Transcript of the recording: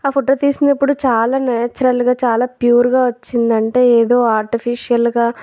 ఆ ఫోటో తీసినప్పుడు చాలా నేచురల్గా చాలా ప్యూర్గా వచ్చిందంటే ఏదో ఆర్టిఫిషియల్గా